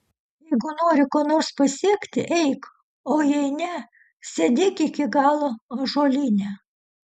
jeigu nori ko nors pasiekti eik o jei ne sėdėk iki galo ąžuolyne